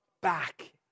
back